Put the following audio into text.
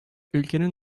ülkenin